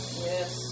yes